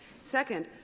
Second